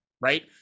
Right